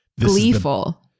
Gleeful